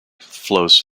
flows